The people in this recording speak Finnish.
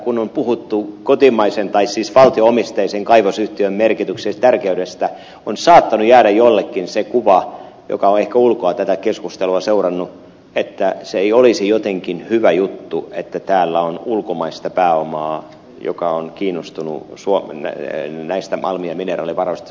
kun tässä on puhuttu valtio omisteisen kaivosyhtiön merkityksen tärkeydestä on saattanut jäädä jollekin se kuva joka on ehkä ulkoa tätä keskustelua seurannut että se ei olisi jotenkin hyvä juttu että täällä on ulkomaista pääomaa joka on kiinnostunut näistä malmi ja mineraalivaroista